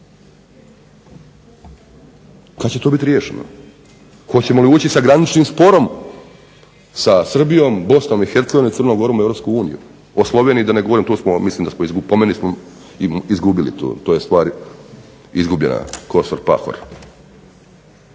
Kad će to biti riješeno? Hoćemo li ući sa graničnim sporom sa Srbijom, Bosnom i Hercegovinom i Crnom Gorom u Europsku uniju. O Sloveniji da i ne govorim. Tu smo, mislim da smo, po meni smo izgubili tu. To je stvar izgubljena Kosor-Pahor.